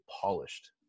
polished